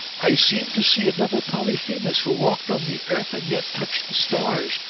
i seemed to see another polyphemus, who walked on the earth and yet touched the stars,